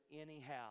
anyhow